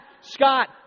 Scott